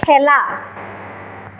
খেলা